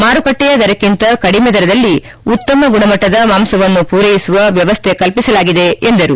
ಮಾರುಕಟ್ಟೆಯ ದರಕ್ಕಿಂತ ಕಡಿಮೆ ದರದಲ್ಲಿ ಉತ್ತಮ ಗುಣಮಟ್ಟ ಮಾಂಸವನ್ನು ಪೂರೈಸುವ ವ್ಯವಸ್ಥೆ ಕಲ್ಪಿಸಲಾಗಿದೆ ಎಂದರು